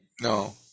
No